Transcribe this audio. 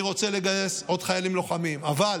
אני רוצה לגייס עוד חיילים לוחמים, אבל